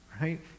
right